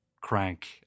crank